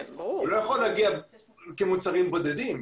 הוא לא יכול להגיע כמוצרים בודדים.